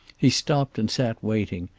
he stopped and sat waiting,